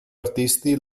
artisti